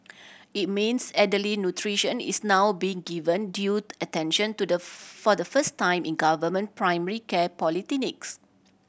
it means elderly nutrition is now being given due attention to the for the first time in government primary care polyclinics